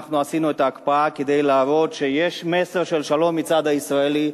אנחנו עשינו את ההקפאה כדי להראות שיש מסר של שלום מהצד הישראלי.